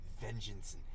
vengeance